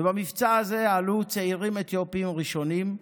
ובמבצע הזה עלו צעירים אתיופים ראשונים,